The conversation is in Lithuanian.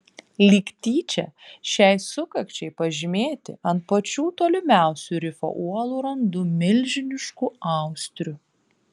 lyg tyčia šiai sukakčiai pažymėti ant pačių tolimiausių rifo uolų randu milžiniškų austrių